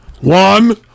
one